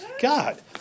God